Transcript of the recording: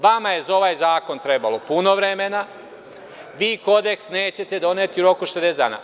Vama je za ovaj zakon trebalo puno vremena, vi kodeks nećete doneti oko 60 dana.